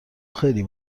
خیلی